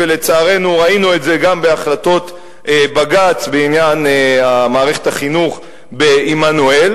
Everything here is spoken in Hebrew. ולצערנו ראינו את זה גם בהחלטות בג"ץ בעניין מערכת החינוך בעמנואל.